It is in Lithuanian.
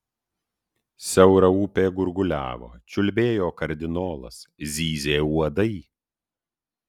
siaura upė gurguliavo čiulbėjo kardinolas zyzė uodai